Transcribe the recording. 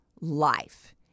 life